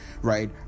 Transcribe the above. right